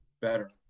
better